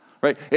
right